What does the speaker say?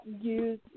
use